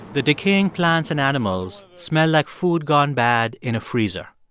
the decaying plants and animals smell like food gone bad in a freezer.